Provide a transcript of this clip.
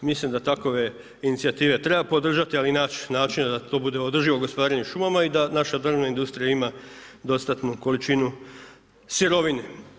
Mislim da takove inicijative treba podržati, ali i naći načina da to bude održivo gospodarenje šumama i da naša drvna industrija ima dostatnu količinu sirovine.